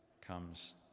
comes